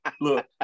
Look